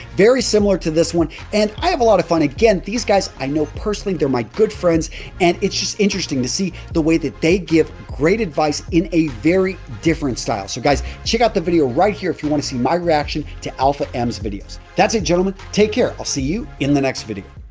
very similar to this one and, i have a lot of fun. again, these guys i know personally, they're my good friends and it's just interesting to see the way that they give great advice in a very different style. so, guys, check out the video right here if you want to see my reaction to alpha m's videos. that's it, gentlemen. take care. i'll see you in the next video.